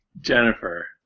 Jennifer